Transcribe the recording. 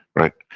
right?